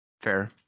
Fair